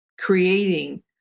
creating